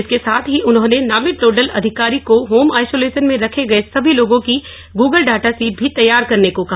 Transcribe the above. इसके साथ ही उन्होंने नामित नोडल अधिकारी को होम आइसोलेशन में रखे गये सभी लोगों की गूगल डाटा सीट भी तैयार करने को कहा